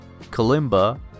Kalimba